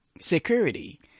security